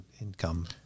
income